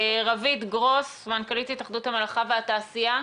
רוית גרוס, מנכ"לית התאחדות המלאכה והתעשייה.